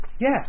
yes